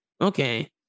okay